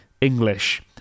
english